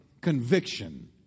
conviction